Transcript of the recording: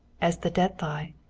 as the dead lie.